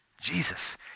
Jesus